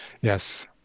Yes